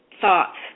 thoughts